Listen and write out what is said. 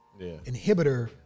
inhibitor